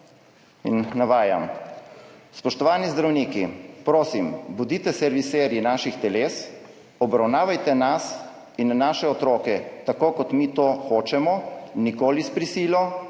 Navajam: »Spoštovani zdravniki, prosim, bodite serviserji naših teles, obravnavajte nas in naše otroke takrat, ko mi to hočemo, nikoli s prisilo,